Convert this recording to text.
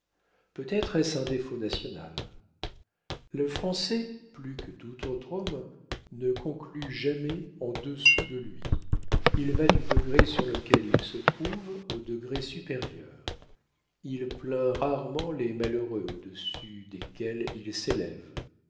peut-être est-ce un défaut national le français plus que tout autre homme ne conclut jamais en dessous de lui il va du degré sur lequel il se trouve au degré supérieur il plaint rarement les malheureux au-dessus desquels il s'élève